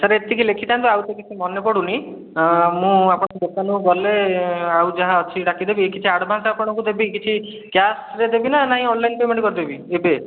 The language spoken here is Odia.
ସାର୍ ଏତିକି ଲେଖିଥାନ୍ତୁ ଆଉ ତ କିଛି ମନେପଡ଼ୁନି ମୁଁ ଆପଣଙ୍କ ଦୋକାନକୁ ଗଲେ ଆଉ ଯାହା ଅଛି ଡାକିଦେବି କିଛି ଆଡଭାନ୍ସ ଆପଣଙ୍କୁ ଦେବି କିଛି କ୍ୟାସ୍ରେ ଦେବିରେ ନା ନାହିଁ ଅନଲାଇନ୍ରେ ପେମେଣ୍ଟ୍ କରିଦେବି ଏବେ